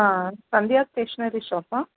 ஆ Sandhya stationery ஷாப்பா